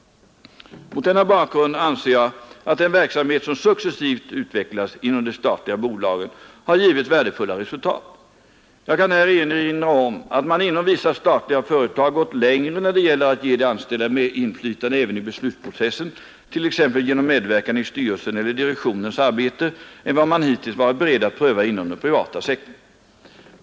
Mot denna bakgrund anser jag att den verksamhet som successivt utvecklas inom de statliga bolagen har givit värdefulla resultat. Jag kan här erinra om att man inom vissa statliga företag gått längre när det gäller att ge de anställda inflytande även i beslutsprocessen, t.ex. genom medverkan i styrelsen eller direktionens arbete, än vad man hittills varit beredd att pröva inom den privata sektorn.